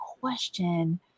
question